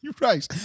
Right